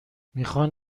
میخان